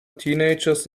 teenagers